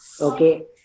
okay